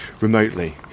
remotely